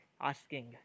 asking